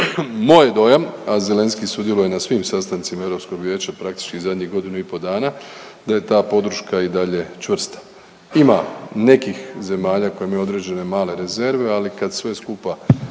je dojam, a Zelenski sudjeluje na svim sastancima Europskog vijeća praktički zadnjih godinu i po dana, da je ta podrška i dalje čvrsta. Ima nekih zemalja koje imaju određene male rezerve, ali kad sve skupa